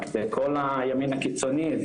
רק זה כל הימין הקיצוני,